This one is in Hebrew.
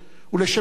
ולשם כך